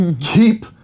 keep